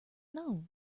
know